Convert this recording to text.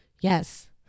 Yes